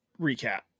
recap